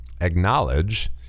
acknowledge